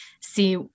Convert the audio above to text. see